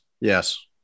Yes